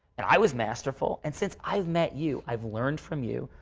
and i was masterful. and since i've met you, i've learned from you.